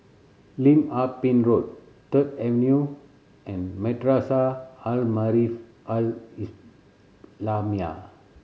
Lim Ah Pin Road Third Avenue and Madrasah Al Maarif Al Islamiah